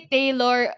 Taylor